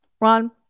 Ron